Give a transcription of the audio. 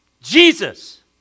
Jesus